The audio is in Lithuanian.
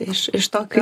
iš tokio